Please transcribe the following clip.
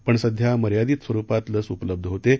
पण सध्या मर्यादित स्वरुपात लस उपलब्ध होत आहे